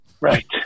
Right